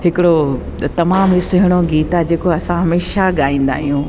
हिकिड़ो तमामु सुहिणो गीत आहे जेको असां हमेशह ॻाईंदा आहियूं